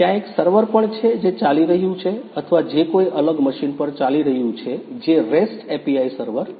ત્યાં એક સર્વર પણ છે જે ચાલી રહ્યું છે અથવા જે કોઈ અલગ મશીન પર ચાલી રહ્યું છે જે REST API સર્વર છે